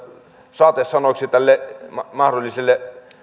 saatesanoiksi tälle mahdolliselle